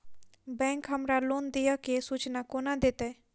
Bank हमरा loan देय केँ सूचना कोना देतय?